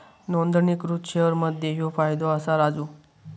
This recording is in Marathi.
नोंदणीकृत शेअर मध्ये ह्यो फायदो असा राजू